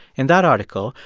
in that article,